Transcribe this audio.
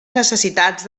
necessitats